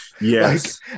Yes